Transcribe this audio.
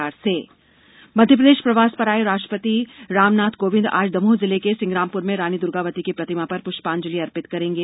राष्ट्रपति मध्यप्रदेश प्रवास पर आये राष्ट्रपति रामनाथ कोविन्द आज दमोह जिले के सिंग्रामपुर में रानी दुर्गावती की प्रतिमा पर पृष्पांजलि अर्पित करेंगे